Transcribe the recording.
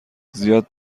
زیاد